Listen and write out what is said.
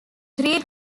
three